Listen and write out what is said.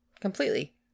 completely